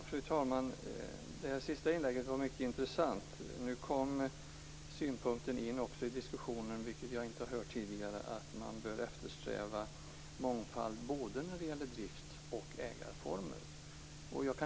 Fru talman! Det här sista inlägget var mycket intressant. Nu kommer också synpunkten in i diskussionen - vilket jag inte har hört tidigare - att man bör eftersträva mångfald när det gäller både drift och ägarformer.